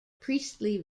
priestly